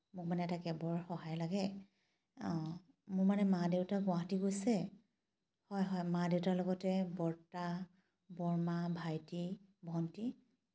মোক মানে এটা কেবৰ সহায় লাগে অঁ মোৰ মানে মা দেউতা গুৱাহাটী গৈছে হয় হয় মা দেউতাৰ লগতে বৰ্তা বৰ্মা ভাইটি ভণ্টি